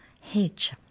hedge